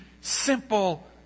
simple